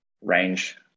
range